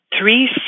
Three